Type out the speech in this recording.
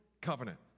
covenant